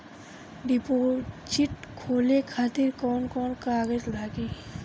Deposit खोले खातिर कौन कौन कागज लागी?